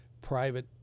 private